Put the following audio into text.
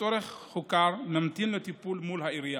הצורך הוכר, מתאים לטיפול מול העירייה,